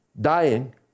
dying